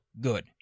good